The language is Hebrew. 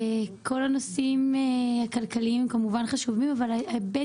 כל הנושאים הכלכליים חשובים כמובן אבל חשוב ההיבט